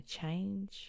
change